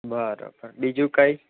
બરાબર બીજું કાંઈ